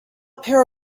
pair